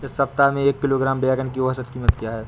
इस सप्ताह में एक किलोग्राम बैंगन की औसत क़ीमत क्या है?